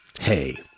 Hey